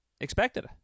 expected